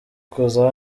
kuza